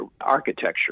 architecture